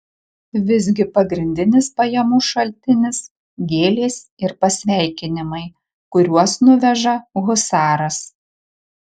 visgi pagrindinis pajamų šaltinis gėlės ir pasveikinimai kuriuos nuveža husaras